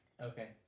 Okay